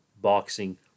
boxing